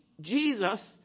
Jesus